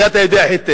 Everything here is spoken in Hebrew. זה, אתה יודע היטב,